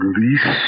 Release